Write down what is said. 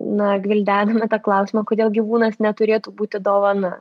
na gvildenome tą klausimą kodėl gyvūnas neturėtų būti dovana